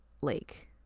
lake